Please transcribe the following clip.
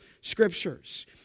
scriptures